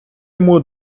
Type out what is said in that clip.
йому